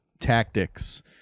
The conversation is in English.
tactics